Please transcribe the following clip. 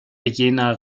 jener